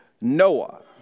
Noah